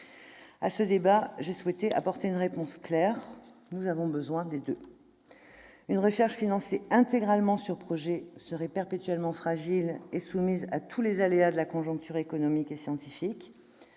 À ce débat, j'ai souhaité apporter une réponse claire : nous avons besoin des deux ! Une recherche financée intégralement sur projets serait perpétuellement fragile et soumise à tous les aléas de la conjoncture économique et scientifique